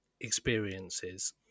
experiences